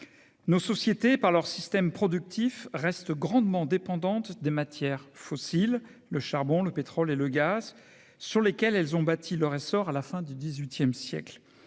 nos sociétés par leur système productif reste grandement dépendante des matières fossiles, le charbon, le pétrole et le gaz sur lesquelles elles ont bâti leur essor à la fin du XVIIIe siècle,